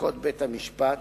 לפסיקות בית-המשפט,